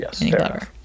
yes